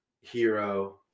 hero